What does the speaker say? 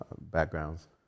backgrounds